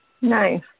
Nice